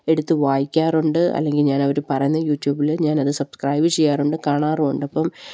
എടുത്ത് വായിക്കാറുണ്ട് അല്ലെങ്കില് ഞാന് അവര് പറയുന്ന യൂട്യൂബില് ഞാനത് സബ്സ്ക്രൈബ് ചെയ്യാറുണ്ട് കാണാറുമുണ്ട് അപ്പം